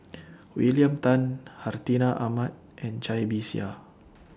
William Tan Hartinah Ahmad and Cai Bixia